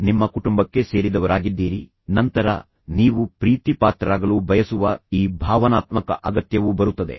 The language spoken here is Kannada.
ನೀವೂ ಸಹ ನಿಮ್ಮ ಕುಟುಂಬಕ್ಕೆ ಸೇರಿದವರಾಗಿದ್ದೀರಿ ನಂತರ ನೀವು ಪ್ರೀತಿಪಾತ್ರರಾಗಲು ಬಯಸುವ ಈ ಭಾವನಾತ್ಮಕ ಅಗತ್ಯವು ಬರುತ್ತದೆ